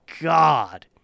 God